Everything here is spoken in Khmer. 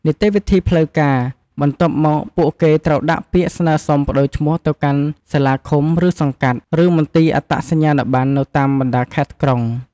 នីតិវិធីផ្លូវការ បន្ទាប់មក ពួកគេត្រូវដាក់ពាក្យស្នើសុំប្ដូរឈ្មោះទៅកាន់សាលាឃុំ ឬ សង្កាត់ ឬមន្ទីរអត្តសញ្ញាណប័ណ្ណនៅតាមបណ្ដាខេត្តក្រុង។